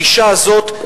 הגישה הזאת,